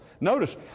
Notice